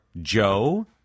Joe